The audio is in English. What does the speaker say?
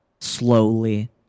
slowly